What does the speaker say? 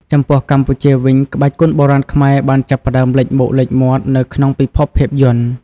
ចំពោះកម្ពុជាវិញ ក្បាច់គុនបុរាណខ្មែរបានចាប់ផ្ដើមលេចមុខលេចមាត់នៅក្នុងពិភពភាពយន្ត។